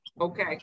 Okay